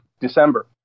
December